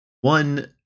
One